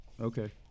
Okay